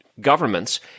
governments